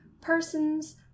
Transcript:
persons